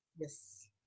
Yes